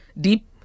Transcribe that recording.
deep